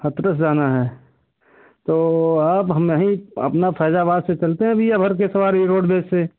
हाथरस जाना है तो अब हम यही अपना फैजाबाद से चलते हैं भैया भर के सवारी रोडवेज